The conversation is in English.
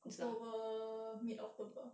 october mid october